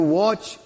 watch